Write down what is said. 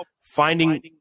finding